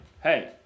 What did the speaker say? hey